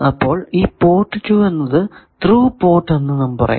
അപ്പോൾ ഈ പോർട്ട് 2 എന്നത് ത്രൂ പോർട്ട് എന്ന് പറയുന്നു